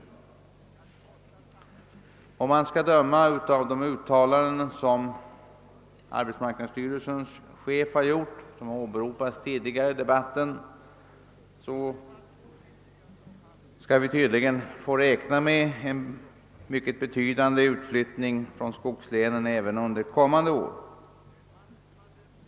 Att döma av de uttalanden som arbetsmarknadsstyrelsens chef gjort och som åberopats tidigare i debatten har vi att räkna med en mycket betydande utflyttning från skogslänen även under kommande år.